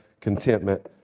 contentment